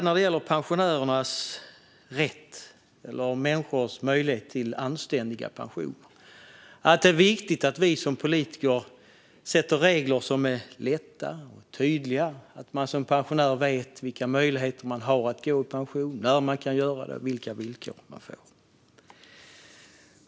När det gäller människors rätt och möjlighet till anständiga pensioner är det viktigt att vi som politiker sätter upp regler som är lätta och tydliga, så att man vet vilka möjligheter man har att gå i pension, när man kan göra det och vilka villkor man får.